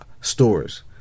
stores